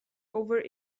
over